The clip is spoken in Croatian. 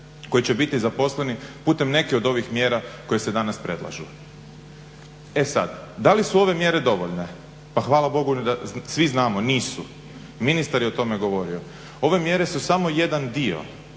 koji će biti zaposleni putem neke od ovih mjera koje se danas predlažu. E sad, da li su ove mjere dovoljne? Pa hvala Bogu svi znamo da nisu. Ministar je o tome govorio. Ove mjere su samo jedan dio,